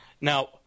now